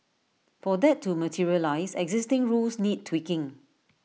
for that to materialise existing rules need tweaking